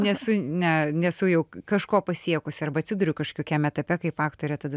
nesu ne nesu jau kažko pasiekusi arba atsiduriu kažkokiam etape kaip aktorė tada